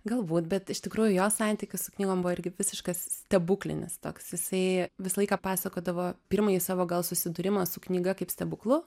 galbūt bet iš tikrųjų jo santykius su knygom buvo irgi visiškas stebuklinis toks jisai visą laiką pasakodavo pirmąjį savo gal susidūrimą su knyga kaip stebuklu